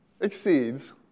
exceeds